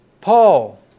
Paul